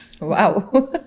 wow